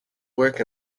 work